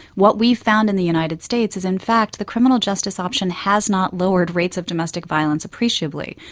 what we've found in the united states is in fact the criminal justice option has not lowered rates of domestic violence appreciably.